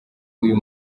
uyu